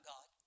God